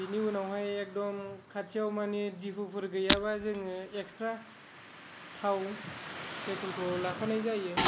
बेनि उनावहाय एखदम खाथियाव मानि दिफुफोर गैयाबा जोङो एक्सट्रा थाव प्रेट्र'ल खौ लाफानाय जायो